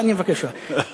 אני מבקש ממך.